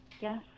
yes